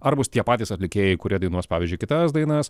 ar bus tie patys atlikėjai kurie dainuos pavyzdžiui kitas dainas